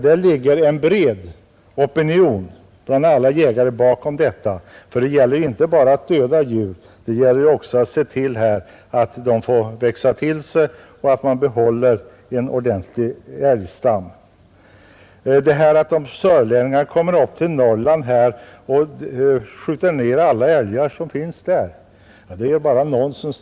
Det ligger en bred opinion bland jägarna bakom detta. Det gäller inte bara att döda djur, det gäller också att se till att de får växa till sig och att man behåller en ordentlig älgstam t.ex. Det där att sörlänningar kommer upp till Norrland och skjuter ner alla älgar som finns där är bara nonsens.